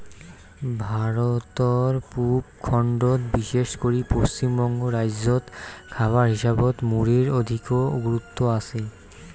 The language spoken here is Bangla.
ভারতর পুব খণ্ডত বিশেষ করি পশ্চিমবঙ্গ রাইজ্যত খাবার হিসাবত মুড়ির অধিকো গুরুত্ব আচে